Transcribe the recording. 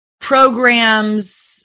programs